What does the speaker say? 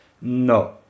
No